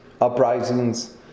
uprisings